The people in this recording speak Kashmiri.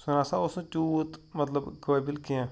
سُہ نَسا اوس نہٕ تیوٗت مطلب قٲبِل کیٚنٛہہ